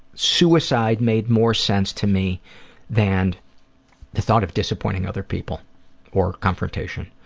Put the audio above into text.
suicide made more sense to me than the thought of disappointing other people or confrontation.